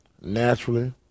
Naturally